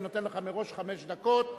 אני נותן לך מראש חמש דקות,